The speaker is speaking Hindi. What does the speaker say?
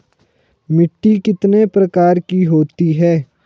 मिट्टी कितने प्रकार की होती है?